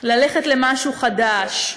ללכת למשהו חדש,